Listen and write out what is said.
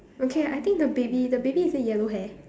okay I think the baby the baby is it yellow hair